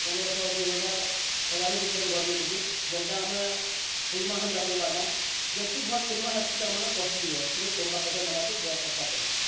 ପନ୍ଦ୍ରଶହ ଦୁଇ ହଜାର୍ ହଜାରେ ଭିତ୍ରେ ବି ଘର୍ ମିଲୁଛେ ଯେନ୍ତା ଆମେ ଖୁଜ୍ମା ହେନ୍ତା ପାଇ ପାର୍ମା ଯେତ୍କି ଭଲ୍ ଖୁଜ୍ମା ହେତ୍କି ତାର୍ମାନେ କଷ୍ଟ୍ଲି ଏ ଟିକେ ଟଙ୍କା ପଏସା ଦେବାକେ ଅଦ୍କା ପଡ଼୍ସି